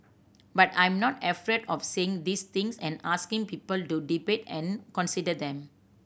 but I'm not afraid of saying these things and asking people to debate and consider them